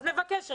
אז נבקש רביזיה,